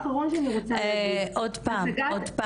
עוד פעם: